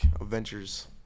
adventures